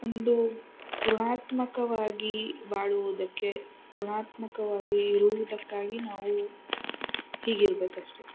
ಒಂದು ಋಣಾತ್ಮಕವಾಗಿ ಬಾಳುವುದಕ್ಕೆ ಋಣಾತ್ಮಕವಾಗಿ ಇರುವುದಕ್ಕಾಗಿ ನಾವು ಹೀಗಿರಬೇಕಷ್ಟೇ